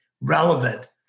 relevant